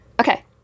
okay